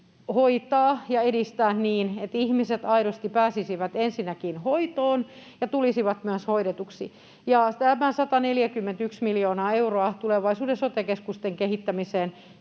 hoitaa ja edistää niin, että ihmiset ensinnäkin aidosti pääsisivät hoitoon ja tulisivat myös hoidetuiksi. Tämä 141 miljoonaa euroa tulevaisuuden sote-keskusten kehittämiseen